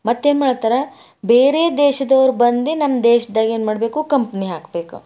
ಮತ್ತೇನು ಮಾಡಾತ್ತಾರ ಬೇರೆ ದೇಶದವ್ರು ಬಂದು ನಮ್ಮ ದೇಶ್ದಾಗೆ ಏನ್ಮಾಡ್ಬೇಕು ಕಂಪ್ನಿ ಹಾಕ್ಬೇಕು